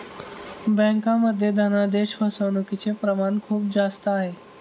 बँकांमध्ये धनादेश फसवणूकचे प्रमाण खूप जास्त आहे